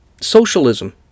Socialism